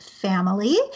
family